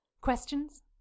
Questions